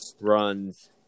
runs